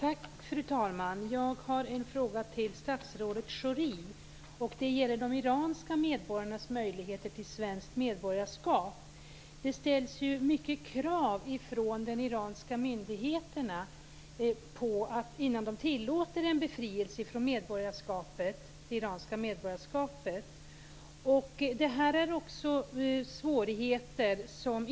Fru talman! Jag har en fråga till statsrådet Schori. Det gäller iranska medborgares möjligheter att få svenskt medborgarskap. Det ställs många krav från de iranska myndigheterna innan de tillåter en befrielse från det iranska medborgarskapet.